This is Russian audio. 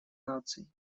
наций